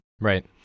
Right